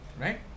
right